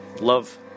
Love